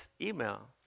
email